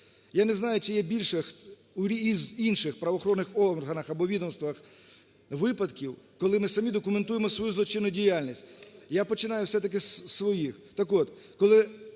Я не знаю, чи є із інших правоохоронних органах або відомствах випадків, коли ми самі документуємо свою злочинну діяльність. Я починаю все-таки із своїх,